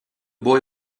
boy